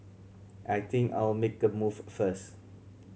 I think I'll make a move first